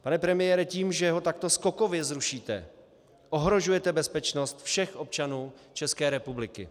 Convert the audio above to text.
Pane premiére, tím, že ho takto skokově zrušíte, ohrožujete bezpečnost všech občanů České republiky.